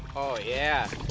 yeah!